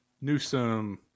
Newsom